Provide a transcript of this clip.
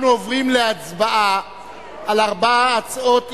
אנחנו עוברים להצבעה על ארבע הצעות אי-אמון,